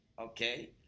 okay